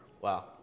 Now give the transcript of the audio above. Wow